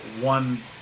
one